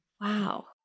wow